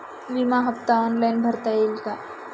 विमा हफ्ता ऑनलाईन भरता येईल का?